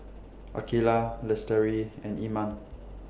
Aqilah Lestari and Iman